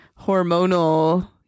hormonal